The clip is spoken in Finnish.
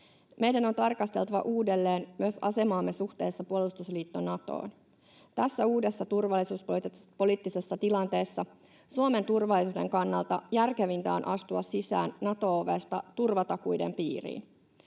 Meidän on tarkasteltava uudelleen myös asemaamme suhteessa puolustusliitto Natoon. Tässä uudessa turvallisuuspoliittisessa tilanteessa Suomen turvallisuuden kannalta järkevintä on astua sisään Nato-ovesta turvatakuiden piiriin.